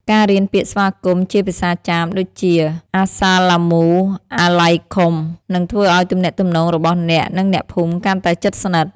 ការរៀនពាក្យស្វាគមន៍ជាភាសាចាម ដូចជា "Assalamu Alaikum" នឹងធ្វើឱ្យទំនាក់ទំនងរបស់អ្នក និងអ្នកភូមិកាន់តែជិតស្និទ្ធ។